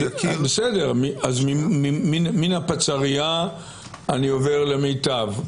מן הפצ"רייה אני עובר למיטב.